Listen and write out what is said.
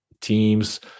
teams